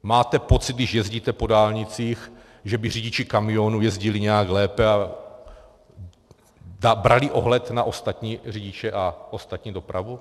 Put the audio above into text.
Máte pocit, když jezdíte po dálnicích, že by řidiči kamionů jezdili nějak lépe a brali ohled na ostatní řidiče a ostatní dopravu?